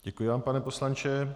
Děkuji vám, pane poslanče.